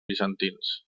bizantins